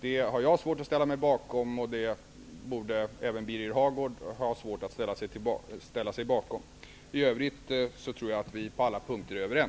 Det har jag svårt att ställa mig bakom, och det borde även Birger Hagård ha svårt att ställa sig bakom. I övrigt tror jag att vi är överens på alla punkter.